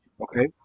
Okay